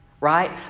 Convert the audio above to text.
Right